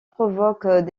provoquent